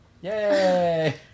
Yay